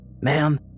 Ma'am